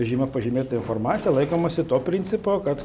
žyma pažymėta informacija laikomasi to principo kad